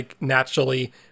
naturally